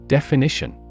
Definition